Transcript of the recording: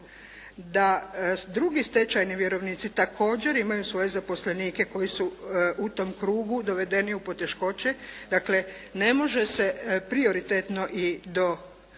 da drugi stečajni vjerovnici također imaju svoje zaposlenike koji su u tom krugu dovedeni u poteškoće, dakle ne može se prioritetno i do